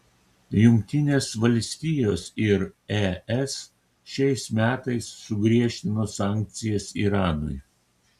jungtinės valstijos ir es šiais metais sugriežtino sankcijas iranui